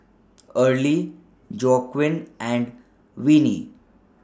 Early Joaquin and Venie